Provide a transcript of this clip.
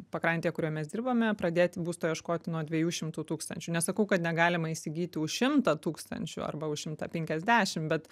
pakrantėje kurioje mes dirbame pradėti būsto ieškoti nuo dviejų šimtų tūkstančių nesakau kad negalima įsigyti už šimtą tūkstančių arba už šimtą penkiasdešim bet